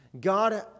God